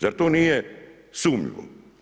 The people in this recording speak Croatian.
Zar to nije sumnjivo?